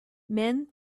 men